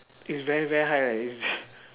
is very very high lah is